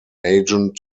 agent